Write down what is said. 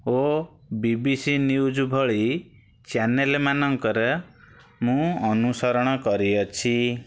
ଓ BBC news ଭଳି channel ମାନଙ୍କର ମୁଁ ଅନୁସରଣ କରିଅଛି